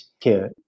care